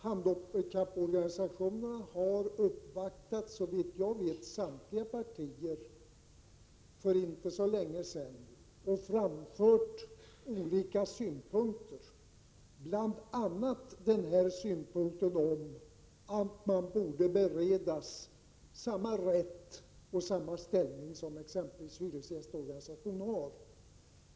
Handikapporganisationerna har såvitt jag vet för inte så länge sedan uppvaktat samtliga partier och framfört bl.a. synpunkten att man borde beredas samma rätt och samma ställning som exempelvis hyresgästorganisation har.